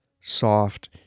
soft